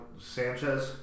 Sanchez